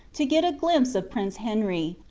to get a glimpse of prince henry,